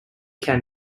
can